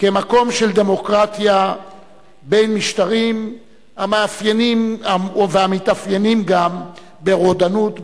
כמקום של דמוקרטיה בין משטרים המאפיינים והמתאפיינים גם ברודנות,